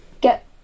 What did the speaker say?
get